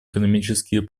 экономические